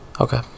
Okay